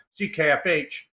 CKFH